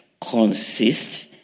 consists